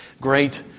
great